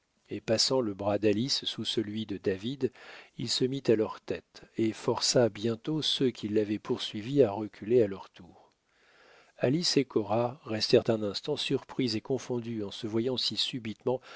et passant le bras d'alice sous celui de david il se mit à leur tête et força bientôt ceux qui l'avaient poursuivi à reculer à leur tour alice et cora restèrent un instant surprises et confondues en se voyant si subitement